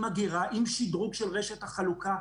עם אגירה ושדרוג של רשת ההולכה,